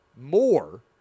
more